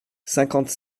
cinquante